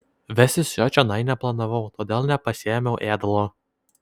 vestis jo čionai neplanavau todėl nepasiėmiau ėdalo